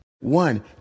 One